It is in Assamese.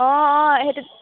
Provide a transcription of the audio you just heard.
অঁ অঁ সেইটো